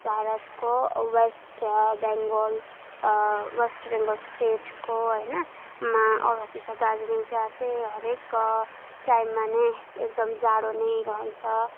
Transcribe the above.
भारतको West Bengal West Bengal स्टेटको होइनमा अवस्थित छ दार्जिलिङ त्यहाँ चाहिँ हरएक टाइममा नै एकदम जाडो नै रहन्छ